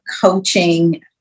coaching